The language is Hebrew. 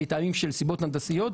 מטעמים של סיבות הנדסיות,